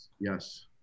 Yes